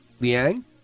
Liang